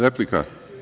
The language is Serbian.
Replika.